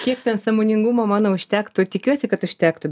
kiek ten sąmoningumo mano užtektų tikiuosi kad užtektų